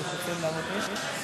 חבר הכנסת דב חנין.